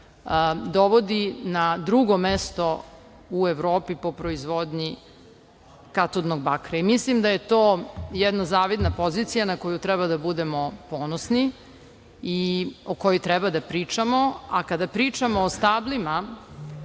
dovodi na drugo mesto u Evropi po proizvodnji katodnog bakra i mislim da je to jedna zavidna pozicija na koju treba da budemo ponosni i o kojoj treba da pričamo. Kada pričamo o stablima,